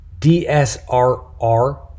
DSRR